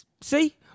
See